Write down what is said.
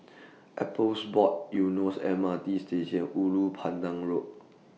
Appeals Board Eunos M R T Station Ulu Pandan Road